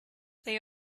they